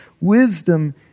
wisdom